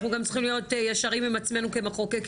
אנחנו גם צריכים להיות ישרים עם עצמנו כמחוקקים.